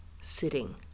sitting